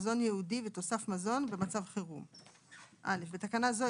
מזון ייעודי ותוסף מזון במצב חירום 11. (א) בתקנה זו,